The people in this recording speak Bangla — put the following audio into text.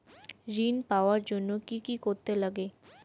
ঋণ পাওয়ার জন্য কি কি করতে লাগে?